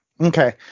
Okay